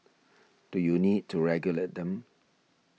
do you need to regulate them